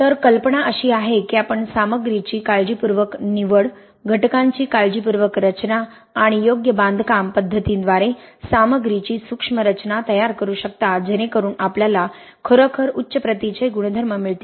तर कल्पना अशी आहे की आपण सामग्रीची काळजीपूर्वक निवड घटकांची काळजीपूर्वक रचना आणि योग्य बांधकाम पद्धतींद्वारे सामग्रीची सूक्ष्म रचना तयार करू शकता जेणेकरून आपल्याला खरोखर उच्च प्रतीचे गुणधर्म मिळेल